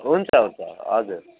हुन्छ हुन्छ हजुर